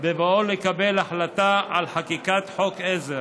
בבואו לקבל החלטה על חקיקת חוק עזר,